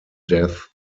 death